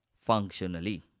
functionally